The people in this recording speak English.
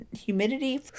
humidity